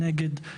נגיע לזה.